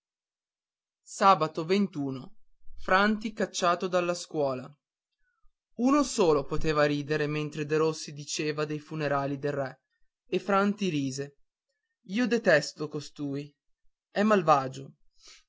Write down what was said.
tomba franti cacciato dalla scuola ao no solo poteva ridere mentre derossi diceva dei funerali del re e franti rise io detesto costui è malvagio